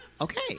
Okay